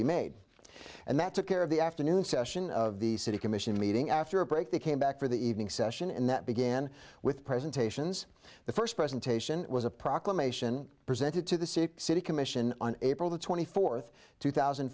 be made and that took care of the afternoon session of the city commission meeting after a break they came back for the evening session and that began with presentations the first presentation was a proclamation presented to the city commission on april the twenty fourth two thousand